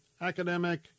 academic